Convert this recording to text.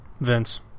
Vince